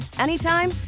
anytime